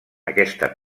aquesta